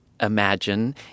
imagine